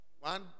One